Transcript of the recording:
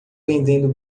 vendendo